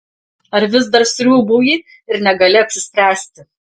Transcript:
ar vis dar sriūbauji ir negali apsispręsti